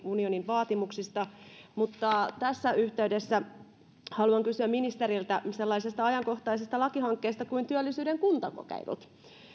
unionin vaatimuksista mutta tässä yhteydessä haluan kysyä ministeriltä sellaisesta ajankohtaisesta lakihankkeesta kuin työllisyyden kuntakokeilut